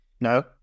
No